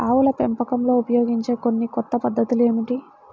ఆవుల పెంపకంలో ఉపయోగించే కొన్ని కొత్త పద్ధతులు ఏమిటీ?